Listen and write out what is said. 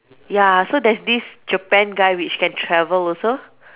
ya so there's this Japan guy which can travel also